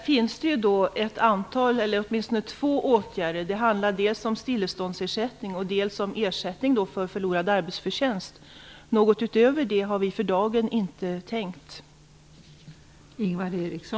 Fru talman! Det finns åtminstone två åtgärder. Det handlar dels om stilleståndsersättning, dels om ersättning för förlorad arbetsförtjänst. Något utöver detta har vi för dagen inte planerat.